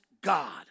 God